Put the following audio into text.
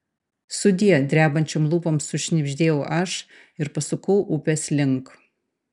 sudie drebančiom lūpom sušnibždėjau aš ir pasukau upės link